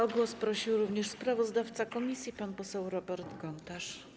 O głos prosił również sprawozdawca komisji pan poseł Robert Gontarz.